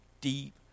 deep